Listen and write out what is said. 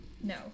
No